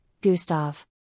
Gustav